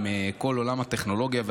עם כל עולם הטכנולוגיה והמדע.